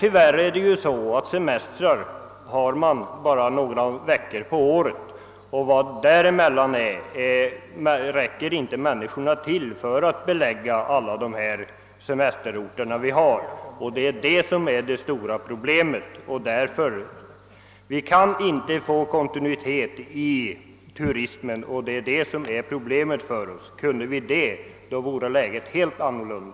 Tyvärr har emellertid folk i allmänhet semester bara några veckor på året, och däremellan räcker inte turisterna till för att belägga alla semesterorter här i landet. Vi kan inte få kontinuitet inom turismen, och det är problemet för oss. Kunde vi det, tedde sig läget helt annorlunda.